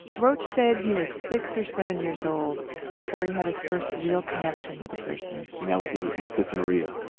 rauch said he was six or seven years old before he had his first real connection with a person and that was with sister maria.